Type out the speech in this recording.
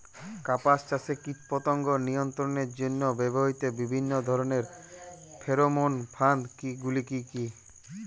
কাপাস চাষে কীটপতঙ্গ নিয়ন্ত্রণের জন্য ব্যবহৃত বিভিন্ন ধরণের ফেরোমোন ফাঁদ গুলি কী?